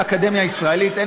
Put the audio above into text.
מהלך שיתרום לאקדמיה הישראלית הן